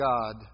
God